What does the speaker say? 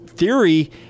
Theory